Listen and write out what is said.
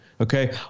okay